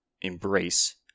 embrace